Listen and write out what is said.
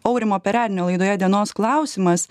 aurimo perednio laidoje dienos klausimas